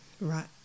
Right